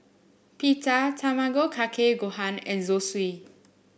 Pita Tamago Kake Gohan and Zosui